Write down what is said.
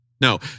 no